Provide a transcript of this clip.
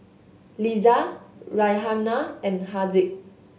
Lisa Raihana and Haziq